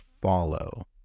follow